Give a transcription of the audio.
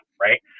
right